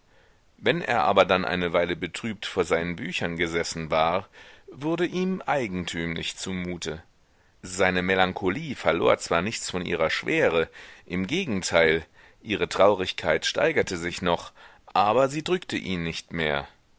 wenn er aber dann eine weile betrübt vor seinen büchern gesessen war wurde ihm eigentümlich zumute seine melancholie verlor zwar nichts von ihrer schwere im gegenteil ihre traurigkeit steigerte sich noch aber sie drückte ihn nicht mehr